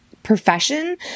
profession